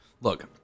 Look